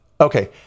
Okay